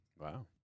Wow